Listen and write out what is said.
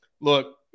Look